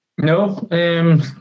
No